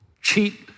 cheat